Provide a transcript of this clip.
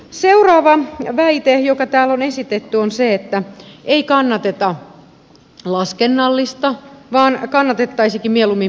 seuraava väite joka täällä on esitetty on se että ei kannateta laskennallista vaan kannatettaisiinkin mieluummin mitattavaa